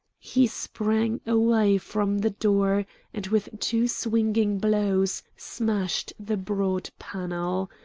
he sprang away from the door and, with two swinging blows, smashed the broad panel.